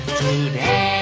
today